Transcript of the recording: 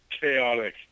chaotic